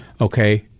Okay